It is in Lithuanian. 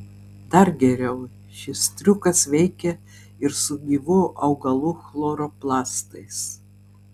dar geriau šis triukas veikia ir su gyvų augalų chloroplastais